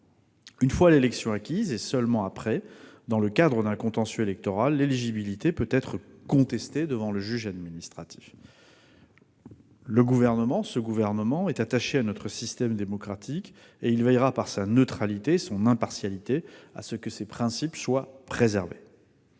Une fois l'élection acquise, et seulement après, dans le cadre d'un contentieux électoral, l'éligibilité peut être contestée devant le juge administratif. Le Gouvernement est attaché à notre système démocratique et veillera, par sa neutralité et son impartialité, à la préservation de ces principes.